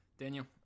Daniel